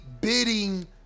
bidding